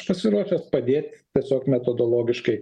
aš pasiruošęs padėt tiesiog metodologiškai